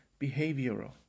behavioral